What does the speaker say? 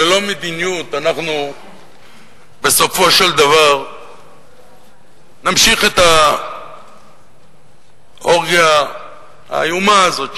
ללא מדיניות אנחנו בסופו של דבר נמשיך את האורגיה האיומה הזאת,